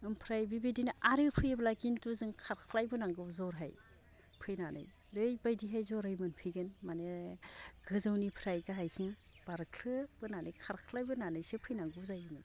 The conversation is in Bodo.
ओमफ्राय बिबायदिनो आरो फैयोब्ला खिन्थु जों खारख्लायबोनांगौ जरहाय फैनानै ओरैबायदिहाय जरै मोनफैगोन माने गोजौनिफ्राय गाहायसिम बारख्लोबोनानै खारख्लायबोनानैसो फैनांगौ जायोमोन